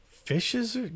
fishes